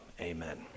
amen